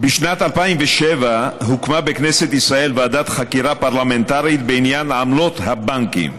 בשנת 2007 הוקמה בכנסת ישראל ועדת חקירה פרלמנטרית בעניין עמלות הבנקים.